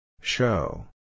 Show